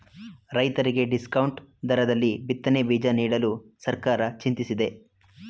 ರೈತರಿಗೆ ಡಿಸ್ಕೌಂಟ್ ದರದಲ್ಲಿ ಬಿತ್ತನೆ ಬೀಜ ನೀಡಲು ಸರ್ಕಾರ ಚಿಂತಿಸಿದೆ